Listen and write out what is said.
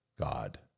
God